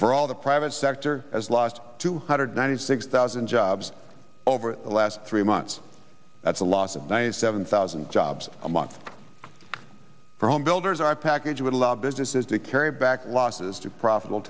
overall the private sector has lost two hundred ninety six thousand jobs over the last three months that's a loss of ninety seven thousand jobs a month for homebuilders our package would allow businesses to carry back losses to profit